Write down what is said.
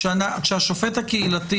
כאשר השופט הקהילתי,